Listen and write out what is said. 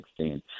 2016